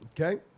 Okay